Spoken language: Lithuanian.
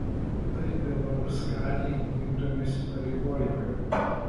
tai belaruskalij vykdomi įsipareigojimai